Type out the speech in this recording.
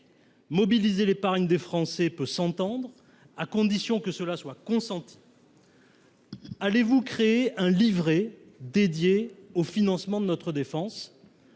Mobiliser l’épargne des Français peut s’entendre, à condition que cela soit consenti. Allez vous créer un livret dédié au financement de notre défense ?